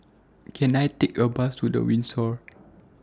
Can I Take A Bus to The Windsor